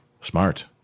Smart